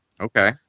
Okay